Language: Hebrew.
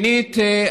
שנית,